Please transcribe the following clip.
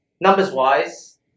Numbers-wise